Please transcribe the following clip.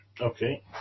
Okay